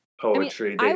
poetry